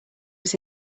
was